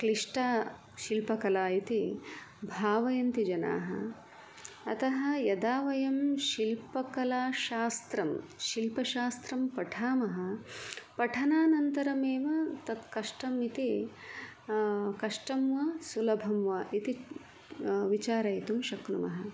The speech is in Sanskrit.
क्लिष्टा शिल्पकला इति भावयन्ति जनाः अतः यदा वयं शिल्पकलाशास्त्रं शिल्पशास्त्रं पठामः पठनान्तरमेव तत्कष्टमिति कष्टं वा सुलभं वा इति विचारयितुं शक्नुमः